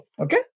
okay